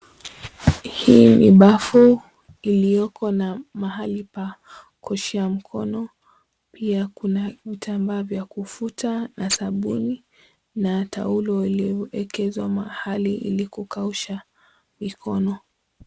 Hii ni bafu iliyoko na mahali pa kuoshea mkono. Pia kuna vitambaa vya kufuta na sabuni na taulo iliyoekezwa mahali ili kukausha mikono.